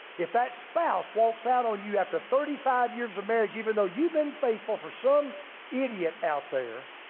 if that spouse walks out on you after thirty five years of marriage, even though you've been faithful for some idiot out there,